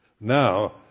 Now